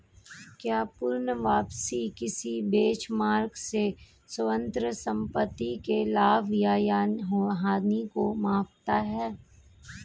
क्या पूर्ण वापसी किसी बेंचमार्क से स्वतंत्र संपत्ति के लाभ या हानि को मापता है?